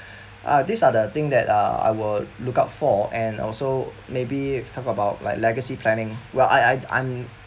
uh this are the thing that uh I will look out for and also maybe talk about like legacy planning well I I I'd I'm